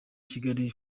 kigali